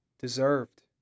deserved